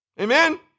Amen